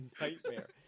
nightmare